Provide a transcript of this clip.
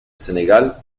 senegal